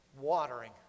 watering